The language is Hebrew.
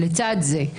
לצד זה,